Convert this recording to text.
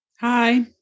Hi